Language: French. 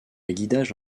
guidage